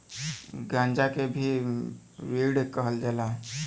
गांजा के भी वीड कहल जाला